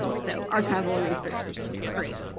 and so archival research is great.